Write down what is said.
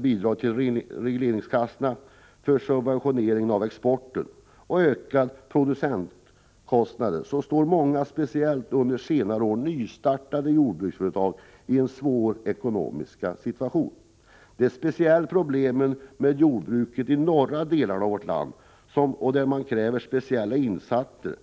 bidrag till regleringskassorna för subventionering av exporten och ökade producentkostnader befinner sig många nystartade jordbruksföretag, särskilt under senare år, i en svår ekonomisk situation. Det är framför allt problem för jordbruket i de norra delarna av vårt land, där man kräver speciella insatser.